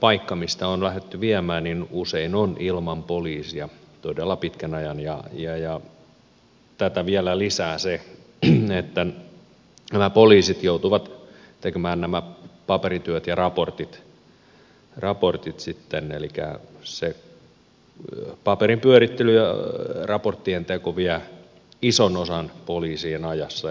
paikka mistä on lähdetty viemään usein on ilman poliisia todella pitkän ajan ja tätä vielä lisää se että nämä poliisit joutuvat tekemään nämä paperityöt ja raportit sitten elikkä se paperinpyörittely ja raporttien teko vie ison osan poliisien ajasta